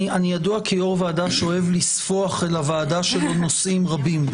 אני ידוע כיו"ר ועדה שאוהב לספוח אל הוועדה שלו נושאים רבים.